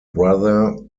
brother